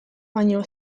baino